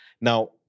Now